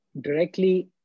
directly